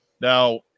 Now